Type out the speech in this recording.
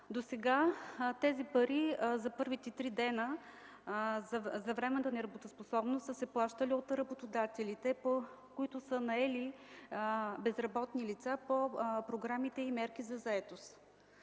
досега тези пари за първите три дни за временна неработоспособност са се плащали от работодателите, които са наели безработни лица по програми и мерки за заетост.